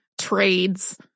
trades